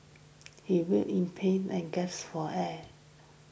he writhed in pain and gasped for air